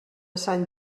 sant